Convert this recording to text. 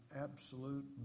absolute